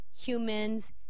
humans